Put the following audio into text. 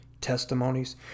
testimonies